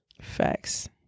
Facts